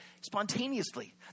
spontaneously